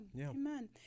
Amen